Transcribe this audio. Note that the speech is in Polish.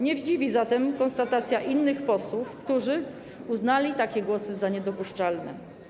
Nie dziwi zatem konstatacja innych posłów, którzy uznali to za niedopuszczalne.